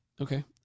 Okay